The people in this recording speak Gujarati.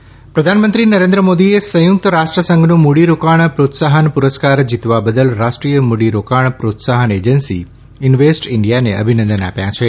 ઇન્વેસ્ટ ઇન્ડિયા પ્રધાનમંત્રી નરેન્દ્ર મોદીએ સંયુક્ત રાષ્ટ્રસંઘનો મૂડીરોકાણ પ્રોત્સાહન પુરસ્કાર જીતવા બદલ રાષ્ટ્રીય મૂડીરોકાણ પ્રોત્સાહન એજન્સી ઇન્વેસ્ટ ઇન્ડિયાને અભિનંદન આપ્યા છે